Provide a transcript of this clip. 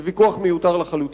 זה ויכוח מיותר לחלוטין.